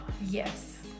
Yes